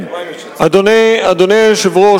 אדוני היושב-ראש,